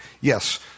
Yes